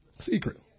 Secret